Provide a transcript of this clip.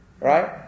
Right